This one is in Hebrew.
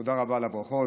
תודה רבה על הברכות.